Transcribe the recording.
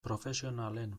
profesionalen